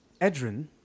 Edrin